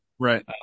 Right